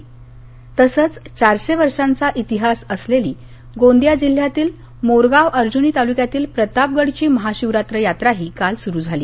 मोरगाव यात्रा गोंदिया तसंच चारशे वर्षांचा इतिहास असलेली गोंदिया जिल्ह्यातील मोरगाव अर्जुनी तालुक्यातील प्रतापगडची महाशिवरात्र यात्राही काल सुरु झाली